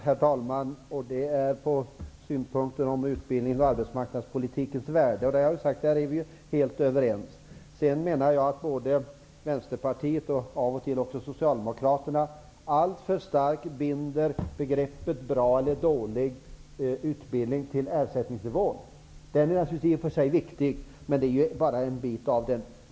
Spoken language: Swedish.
Herr talman! Helt kort några synpunkter på utbildningens och arbetsmarknadspolitikens värde. Jag har sagt att vi är alldeles överens därvidlag. Jag menar att både Vänsterpartiet och av och till också Socialdemokraterna alltför starkt binder bedömningen av vad som är bra eller dålig utbildning till ersättningsnivån. Den är naturligtvis i och för sig viktig, men det är bara en del av frågan.